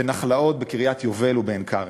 בנחלאות, בקריית-היובל ובעין-כרם.